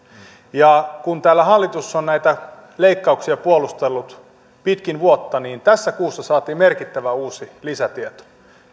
kun täällä hallitus on näitä leikkauksia puolustellut pitkin vuotta niin tässä kuussa saatiin merkittävä uusi lisätieto